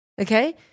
Okay